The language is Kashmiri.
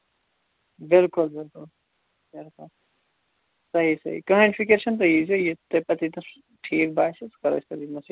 بلکل بلکل بلکل صحیح صحیح کٕہٕنۍ فِکِر چھَنہٕ تُہۍ یی زیو یہِ تۄہہِ پَتہٕ ییٚتَنس ٹھیٖک باسہِ سُہ کَرو أسۍ پَتہٕ ییٚتنَسٕے کَتھ